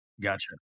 Gotcha